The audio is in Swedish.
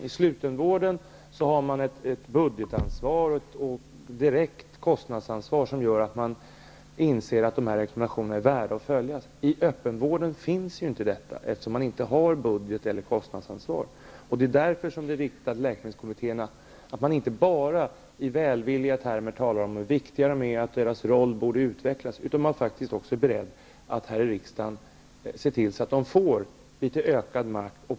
I slutenvården finns ett budgetansvar och direkt kostnadsansvar, som gör att man inser att rekommendationerna är värda att följa. I öppenvården finns inte detta. Där har man inte budgeteller kostnadsansvar. Det är därför viktigt att vi inte bara i välvilliga termer talar om hur viktiga läkemedelskommittéerna är och att deras roll borde utvecklas, utan att vi faktiskt är beredda att här i riksdagen också se till att de får ökad makt.